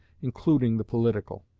including the political.